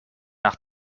nach